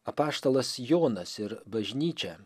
apaštalas jonas ir bažnyčia